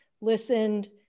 listened